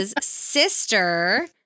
sister